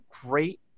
great